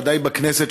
ודאי בכנסת,